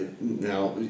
Now